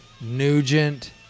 Nugent